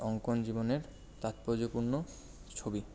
অঙ্কন জীবনের তাৎপর্যপূর্ণ ছবি